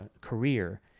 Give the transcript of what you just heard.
career